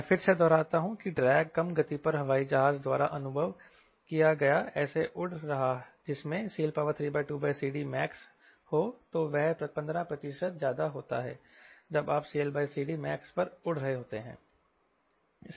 मैं फिर से दोहराता हूं कीड्रैग कम गति पर हवाई जहाज द्वारा अनुभव किया गया ऐसे उड़ रहा जिसमें CL32CDmax हो तो वह 15 प्रतिशत ज्यादा होता है जब आप CLCDmaxपर उड़ रहे होते हैं